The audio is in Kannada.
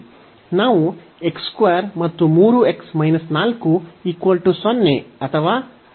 ನಾವು x 2 3x 4 0 ಅಥವಾ x ಮೈನಸ್ 4 ಅನ್ನು ಹೊಂದಿದ್ದೇವೆ